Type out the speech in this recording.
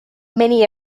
many